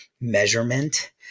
measurement